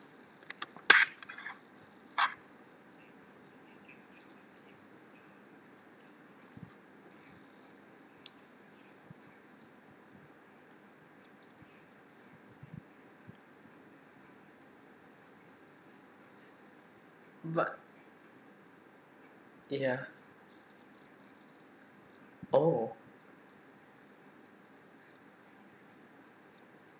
but ya oh